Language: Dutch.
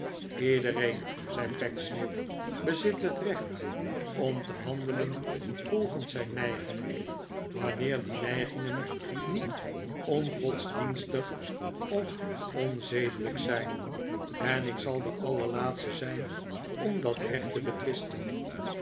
iedereen zei pecksniff bezit het recht om te handelen volgens zijn neigingen r wanneer die neigingen niet ongodsdienstig of onzedelijk zijn en ik zal de allerlaatste zijn om dat recht te betwisten